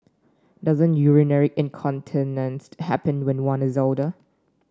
doesn't urinary incontinence happen when one is older